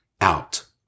out